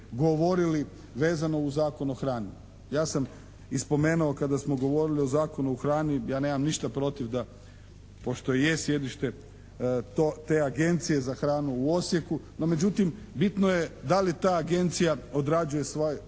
govorili vezano u Zakonu o hrani. Ja sam i spomenuo kada smo govorili o Zakonu o hrani, ja nemam ništa protiv da pošto je sjedište te Agencije za hranu u Osijeku. No međutim, bitno je da li ta agencija odrađuje svoj